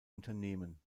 unternehmen